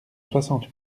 soixante